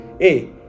Hey